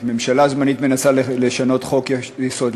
ממשלה זמנית מנסה לשנות חוק-יסוד.